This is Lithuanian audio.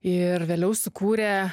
ir vėliau sukūrė